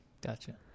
Gotcha